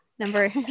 Number